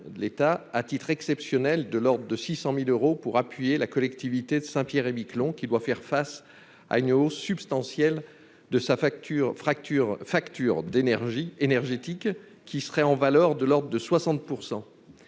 à titre exceptionnel, de l'ordre de 600 000 euros, pour appuyer la collectivité de Saint-Pierre-et-Miquelon, qui doit faire face à une hausse substantielle de sa facture énergétique, de l'ordre de 60